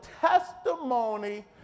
testimony